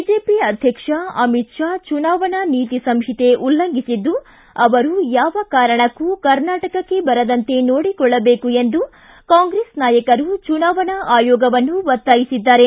BJP ಅಧ್ಯಕ್ಷ ಅಮಿತ್ ಷಾ ಚುನಾವಣಾ ನೀತಿ ಸಂಹಿತೆ ಉಲ್ಲಂಘಿಸಿದ್ದು ಅವರು ಯಾವ ಕಾರಣಕ್ಕೂ ಕರ್ನಾಟಕಕ್ಕೆ ಬರದಂತೆ ನೋಡಿಕೊಳ್ಳಬೇಕು ಎಂದು ಕಾಂಗ್ರೆಸ್ ನಾಯಕರು ಚುನಾವಣಾ ಆಯೋಗವನ್ನು ಒತ್ತಾಯಿಸಿದ್ದಾರೆ